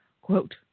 Quote